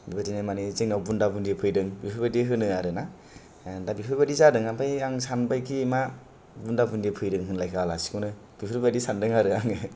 बेबायदिनो मानि जोंनाव बुन्दा बुन्दि फैदों बेफोर बायदि होनो आरोना दा बेफोर बायदि जादों आमफाय आं सानबाय खि मा बुन्दा बुन्दि फैदों होनलायखो आलासिखौनो बेफोर बायदि सानदों आरो आङो